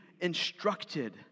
instructed